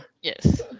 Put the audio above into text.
Yes